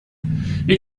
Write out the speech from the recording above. wie